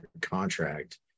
contract